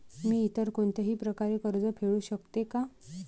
मी इतर कोणत्याही प्रकारे कर्ज फेडू शकते का?